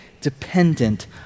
dependent